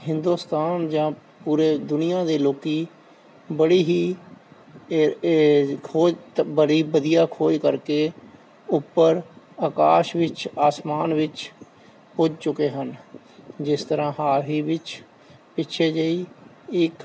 ਹਿੰਦੁਸਤਾਨ ਜਾਂ ਪੂਰੇ ਦੁਨੀਆਂ ਦੇ ਲੋਕੀ ਬੜੀ ਹੀ ਇਹ ਏ ਖੋਜ ਬੜੀ ਵਧੀਆ ਖੋਜ ਕਰਕੇ ਉੱਪਰ ਆਕਾਸ਼ ਵਿੱਚ ਆਸਮਾਨ ਵਿੱਚ ਪੁੱਜ ਚੁੱਕੇ ਹਨ ਜਿਸ ਤਰ੍ਹਾਂ ਹਾਲ ਹੀ ਵਿੱਚ ਪਿੱਛੇ ਜੇ ਇੱਕ